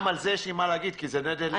גם על זה יש לי מה להגיד כי זה נטל מטורף.